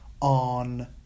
on